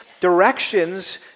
directions